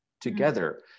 together